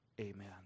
Amen